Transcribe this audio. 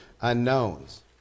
unknowns